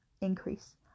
increase